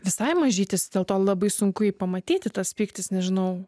visai mažytis dėl to labai sunku jį pamatyti tas pyktis nežinau